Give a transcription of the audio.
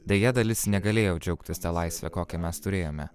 deja dalis negalėjo džiaugtis ta laisve kokią mes turėjome